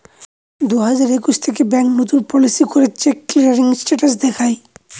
দুই হাজার একুশ থেকে ব্যাঙ্ক নতুন পলিসি করে চেক ক্লিয়ারিং স্টেটাস দেখায়